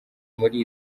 muri